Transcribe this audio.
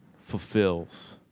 fulfills